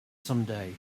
someday